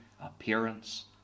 appearance